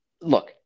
Look